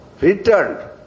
returned